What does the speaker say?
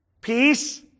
peace